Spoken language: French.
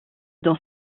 dans